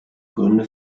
gründe